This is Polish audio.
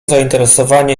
zainteresowanie